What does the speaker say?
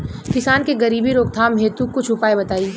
किसान के गरीबी रोकथाम हेतु कुछ उपाय बताई?